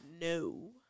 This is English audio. No